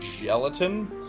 gelatin